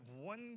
one